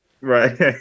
right